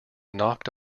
knocked